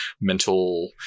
mental